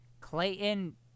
Clayton